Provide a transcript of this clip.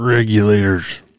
Regulators